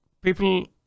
people